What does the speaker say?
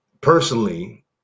personally